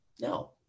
no